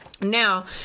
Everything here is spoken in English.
now